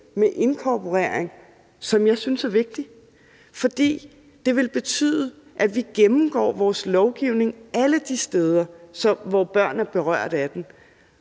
med inkorporering, som jeg synes er vigtig, for det vil betyde, at vi gennemgår vores lovgivning alle de steder, hvor børnene er berørt af den,